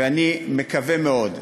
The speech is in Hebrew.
ואני מקווה מאוד,